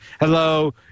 hello